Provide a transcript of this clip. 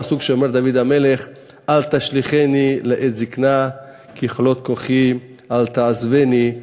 הפסוק של דוד המלך: "אל תשליכני לעת זקנה ככלות כֹחי אל תעזבני".